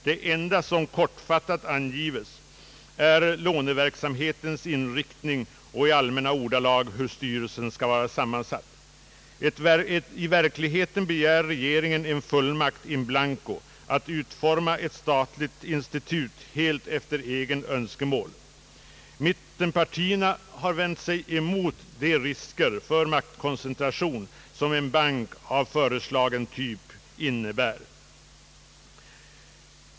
Det enda som kortfattat angives är låneverksamhetens inriktning och i allmänna ordalag hur styrelsen skall vara sammansatt. I verkligheten begär regeringen en fullmakt in blanco att utforma ett statligt institut helt efter eget önskemål. Mittenpartierna har vänt sig mot de risker för maktkoncentration som en bank av föreslagen typ innebär.